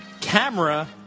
Camera